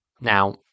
Now